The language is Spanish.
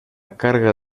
carga